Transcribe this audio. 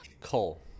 Cole